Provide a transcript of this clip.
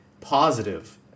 positive